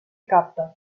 capta